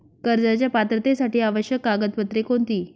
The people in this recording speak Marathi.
कर्जाच्या पात्रतेसाठी आवश्यक कागदपत्रे कोणती?